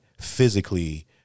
physically